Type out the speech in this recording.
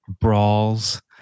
brawls